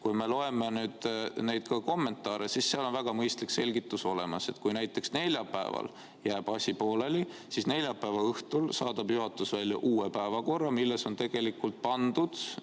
Kui me loeme neid kommentaare, siis seal on väga mõistlik selgitus olemas, et kui näiteks neljapäeval jääb asi pooleli, siis neljapäeva õhtul saadab juhatus välja uue päevakorra, milles on pandud